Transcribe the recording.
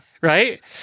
Right